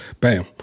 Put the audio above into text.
bam